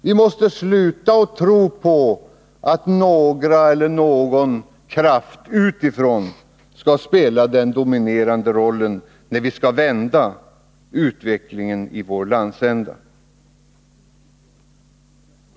Vi måste sluta att tro på att någon eller några krafter utifrån skall spela den dominerande rollen, när vi skall vända utvecklingen i vår landsända.